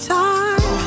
time